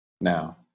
Now